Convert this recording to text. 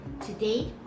Today